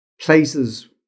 places